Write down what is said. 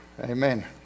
Amen